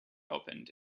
opened